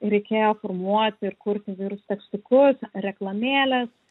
reikėjo formuoti ir kurti įvairius tekstukus reklamėles